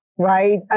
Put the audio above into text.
Right